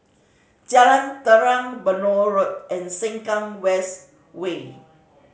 Jalan Telang Benoi Road and Sengkang West Way